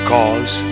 Cause